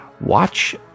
Watch